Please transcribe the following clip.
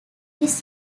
his